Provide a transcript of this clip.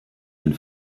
den